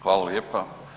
Hvala lijepa.